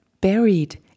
buried